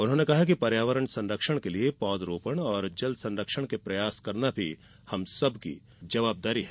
उन्होंने कहा कि पर्यावरण संरक्षण के लिए पौध रोपण और जल संरक्षण के प्रयास करना हम सबकी जिम्मेदारी है